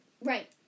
right